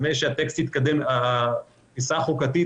נדמה לי שהתפיסה החוקתית,